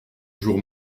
jour